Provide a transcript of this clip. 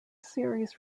series